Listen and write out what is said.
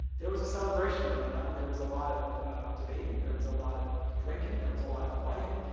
there was a celebration going on. there was a lot of debating. there was a lot of drinking. there was a lot of fighting.